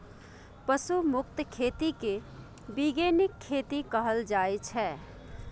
पशु मुक्त खेती केँ बीगेनिक खेती कहल जाइ छै